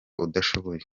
udashoboye